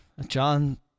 John